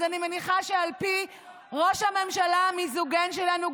אז אני מניחה שעל פי ראש הממשלה המיזוגן שלנו,